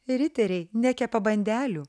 riteriai nekepa bandelių